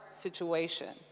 situation